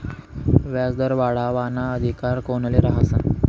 व्याजदर वाढावाना अधिकार कोनले रहास?